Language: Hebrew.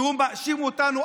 שמאשים אותנו,